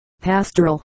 pastoral